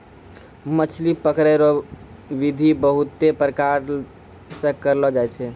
मछली पकड़ै रो बिधि बहुते प्रकार से करलो जाय छै